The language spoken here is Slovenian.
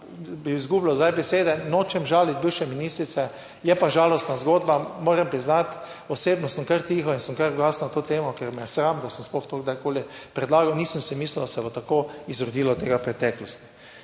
bi izgubljal zdaj besede, nočem žaliti bivše ministrice, je pa žalostna zgodba, moram priznati. Osebno sem kar tiho in sem kar ugasnil to temo, ker me je sram, da sem sploh to kdajkoli predlagal. Nisem si mislil, da se bo tako izrodilo tega v preteklosti.